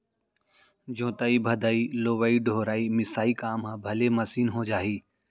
जोतइ भदई, लुवइ डोहरई, मिसाई काम ह भले मसीन हो जाही